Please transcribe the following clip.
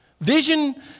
Vision